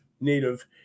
native